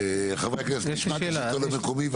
חברי הכנסת, נשמע את השלטון המקומי.